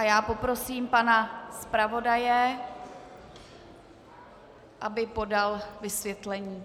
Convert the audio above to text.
Poprosím pana zpravodaje, aby podal vysvětlení.